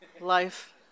life